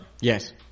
Yes